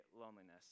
loneliness